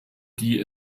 die